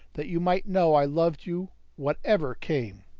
that you might know i loved you whatever came.